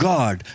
God